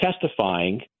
testifying